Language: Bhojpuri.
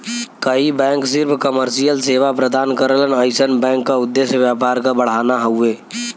कई बैंक सिर्फ कमर्शियल सेवा प्रदान करलन अइसन बैंक क उद्देश्य व्यापार क बढ़ाना हउवे